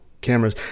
cameras